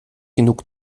genug